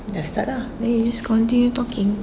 dah start lah then you just continue talking